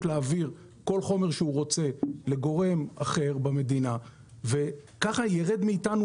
להעביר כל חומר שהוא רוצה לגורם אחר במדינה וכך ירד מאתנו